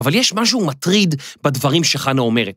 ‫אבל יש משהו מטריד בדברים שחנה אומרת.